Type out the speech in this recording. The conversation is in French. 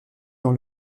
dans